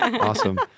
Awesome